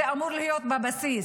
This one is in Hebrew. זה אמור להיות בבסיס.